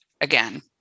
again